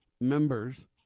Members